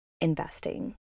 investing